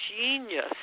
genius